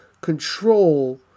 control